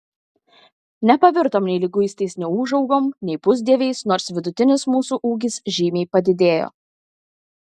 nepavirtom nei liguistais neūžaugom nei pusdieviais nors vidutinis mūsų ūgis žymiai padidėjo